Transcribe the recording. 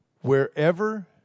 Wherever